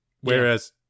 Whereas